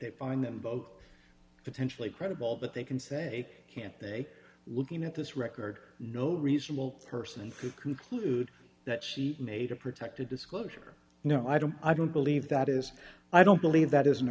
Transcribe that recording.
they find them both potentially credible but they can say can't they looking at this record no reasonable person could conclude that she made a protected disclosure no i don't i don't believe that is i don't believe that is